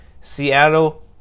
Seattle